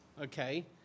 okay